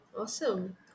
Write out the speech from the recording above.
Awesome